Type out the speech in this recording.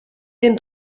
den